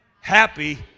happy